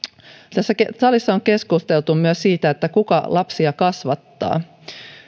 tässä salissa on keskusteltu myös siitä kuka lapsia kasvattaa